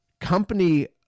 company